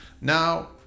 Now